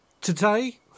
Today